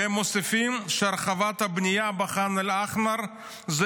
והם מוסיפים שהרחבת הבנייה בח'אן אל-אחמר זה